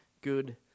good